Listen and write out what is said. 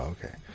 Okay